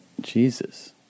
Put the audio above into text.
Jesus